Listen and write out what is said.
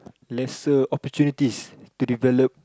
lesser opportunities to develop